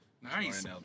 Nice